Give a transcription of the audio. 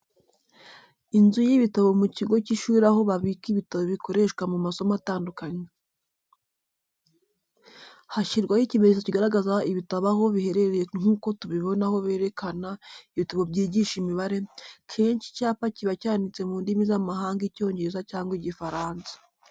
Inzu y'ibitabo mu kigo cy'ishuri aho babika ibitabo bikoreshwa mu masomo atandukanye. Hashyirwaho ikimenyetso kigaragaza ibitabo aho biherereye nkuko tubibona aho berekana ibitabo byigisha imibare, kenshi icyapa kiba cyanditse mu ndimi z'amahanga Icyongereza cyangwa Igifaransa.